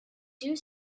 due